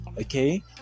okay